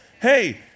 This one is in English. Hey